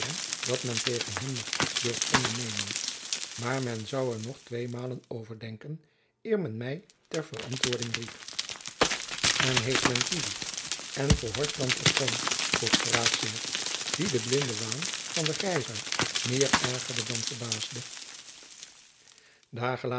dat men tegen hem nog iets durft ondernemen maar men zoû er nog twee malen over denken eer men my ter verantwoording riep en heeft men kievit en van der horst dan verschoond vroeg de raadsheer wien de blinde waan van den grijzaart meer ergerde dan verbaasde